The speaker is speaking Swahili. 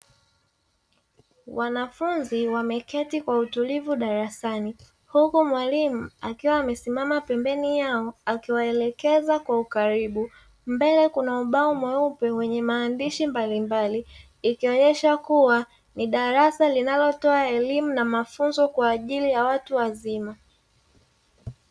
Wanafunzi wameketi kwa utulivu darasani, huku mwalimu akiwa amesimama pembeni yao akiwaelekeza kwa ukaribu, mbele kuna ubao mweupe wenye maandishi mbalimbali, ikionesha kuwa ni darasa linalotoa elimu na mafunzo kwa ajili ya watu wazima.